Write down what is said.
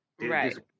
right